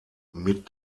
mit